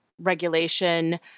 regulation